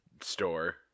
Store